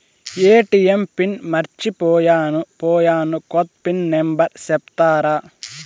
ATM pin మర్చిపోయాను పోయాను, కొత్త పిన్ నెంబర్ సెప్తారా?